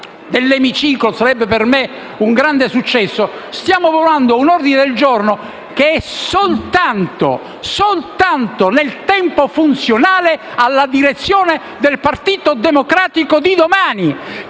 dell'emiciclo sarebbe per me un grande successo - stiamo lavorando con un calendario che è soltanto, nel tempo, funzionale alla direzione del Partito Democratico di domani